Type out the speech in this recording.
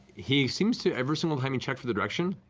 he seems to, every single time he checks for the direction,